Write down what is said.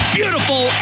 beautiful